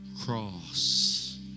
cross